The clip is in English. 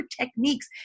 techniques